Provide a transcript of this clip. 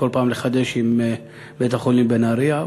כל פעם לחדש עם בית-החולים בנהרייה.